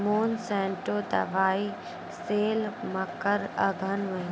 Monsanto दवाई sale मकर अघन महीना,